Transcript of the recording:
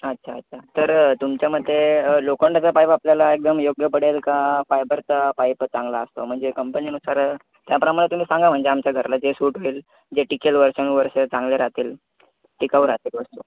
अच्छा अच्छा तर तुमच्या मते लोखंडाचा पाईप आपल्याला एकदम योग्य पडेल का फायबरचा पाईपच चांगला असतो म्हणजे कंपनीनुसार त्याप्रमाणे तुम्ही सांगा म्हणजे आमच्या घराला जे सूट होईल जे टिकेल वर्षानुवर्षं चांगले राहतील टिकाऊ राहतील वर्षं